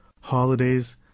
Holidays